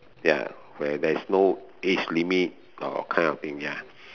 ya where there's no age limit or kind of thing ya